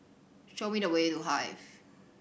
show me the way to The Hive